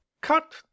Cut